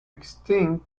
extinct